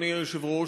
אדוני היושב-ראש,